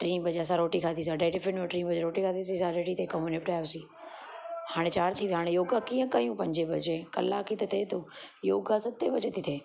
टीं ॿजे असां रोटी खादिसीं अढाई ॿजे टिफिन वियो टीं ॿजे रोटी खादिसीं साढी टीं ताईं कम निपटायोसीं हाणे चार थी विया हाणे योग कीअं कयूं पंजे बजे कलाक ई त थिए थो योगा सते बजे थी थिए